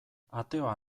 ateoa